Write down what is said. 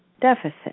deficit